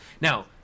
Now